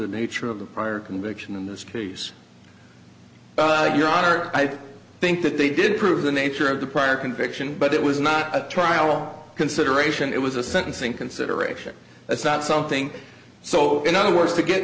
the nature of the prior conviction in this space your honor i think that they did prove the nature of the prior conviction but it was not a trial consideration it was a sentencing consideration it's not something so in other words to get